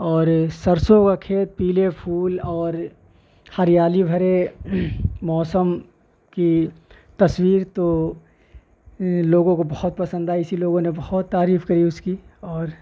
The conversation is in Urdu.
اور سرسوں کا کھیت پیلے پھول اور ہریالی بھرے موسم کی تصویر تو لوگوں کو بہت پسند آئی اسی لوگوں نے بہت تعریف کری اس کی اور